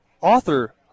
author